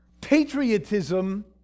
patriotism